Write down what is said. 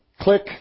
Click